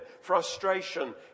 Frustration